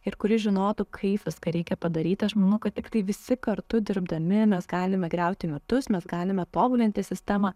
ir kuris žinotų kaip viską reikia padaryti aš manau kad tiktai visi kartu dirbdami mes galime griauti mitus mes galime tobulinti sistemą